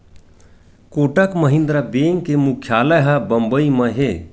Kotak Mahindra bank के मुख्यालय ह बंबई म हे